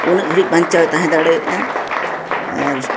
ᱩᱱᱟᱹᱜ ᱜᱷᱟᱹᱲᱤᱡ ᱵᱟᱧᱪᱟᱣᱮ ᱛᱟᱦᱮᱸ ᱫᱟᱲᱮᱭᱟᱜᱼᱟ ᱟᱨ